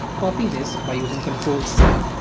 copy this by using control c,